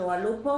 שהועלו פה.